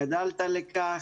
גדלת לכך.